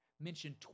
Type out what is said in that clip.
mentioned